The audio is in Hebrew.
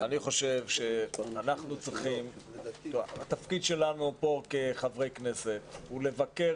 אני חושב שהתפקיד שלנו פה כחברי כנסת הוא לבקר